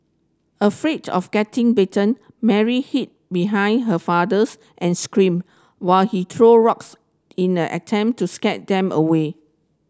afraid of getting bitten Mary hid behind her fathers and screamed while he threw rocks in an attempt to scare them away